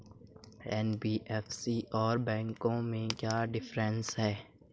NBFC और बैंकों में क्या डिफरेंस है?